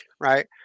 right